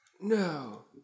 No